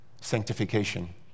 sanctification